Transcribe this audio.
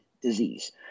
disease